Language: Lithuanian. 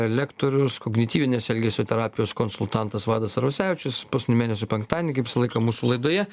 lektorius kognityvinės elgesio terapijos konsultantas vaidas arvasevičius paskutinį mėnesio penktadienį kaip visą laiką mūsų laidoje